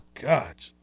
God